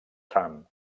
trump